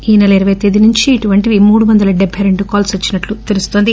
ఈ నెల ఇరవై వ తేది నుంచి ఇటువంటివి మూడు వందల డెబ్ర్ప్ రెండు కాల్స్ వచ్చినట్లు తెలుస్తోంది